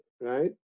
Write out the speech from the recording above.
Right